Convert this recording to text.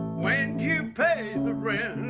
when you pay and the rent?